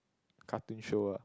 cartoon show ah